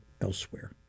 elsewhere